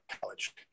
college